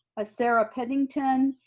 ah sara pittington,